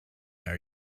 are